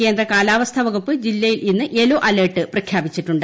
കേന്ദ്ര കാലാവസ്ഥ വകുപ്പ് ജില്ലയിൽ ഇന്ന് യെല്ലോ അലർട്ട് പ്രഖ്യാപിച്ചിട്ടുണ്ട്